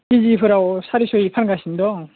केजिफोराव सारिस'यै फानगासिनो दं